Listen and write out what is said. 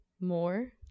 more-